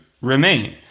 remain